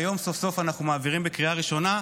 היום סוף-סוף אנחנו מעבירים אותו בקריאה ראשונה.